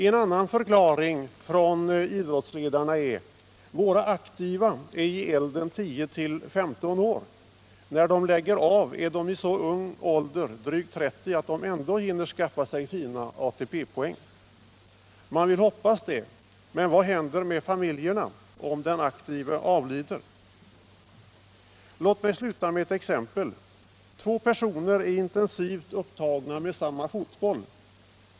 En annan förklaring från idrottsledarna är att de aktiva är i elden 10 å 15 år och att de, när de lägger av, är så unga — drygt 30 år — att de ändå hinner skaffa sina ATP-poäng. Man vill hoppas det. Men vad händer med familjen om en aktiv avlider? Låt mig sluta med ett exempel. Två personer är intensivt upptagna med samma fotboll.